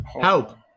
Help